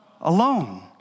Alone